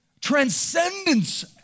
transcendence